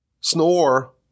snore